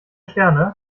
sterne